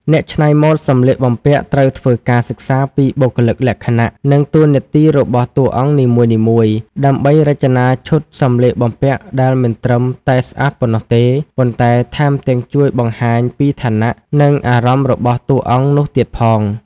អ្នកច្នៃម៉ូដសម្លៀកបំពាក់ត្រូវធ្វើការសិក្សាពីបុគ្គលិកលក្ខណៈ និងតួនាទីរបស់តួអង្គនីមួយៗ ដើម្បីរចនាឈុតសម្លៀកបំពាក់ដែលមិនត្រឹមតែស្អាតប៉ុណ្ណោះទេ ប៉ុន្តែថែមទាំងជួយបង្ហាញពីឋានៈ និងអារម្មណ៍របស់តួអង្គនោះទៀតផង។